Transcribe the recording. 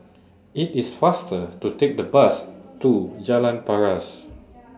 IT IS faster to Take The Bus to Jalan Paras